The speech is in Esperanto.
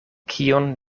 kion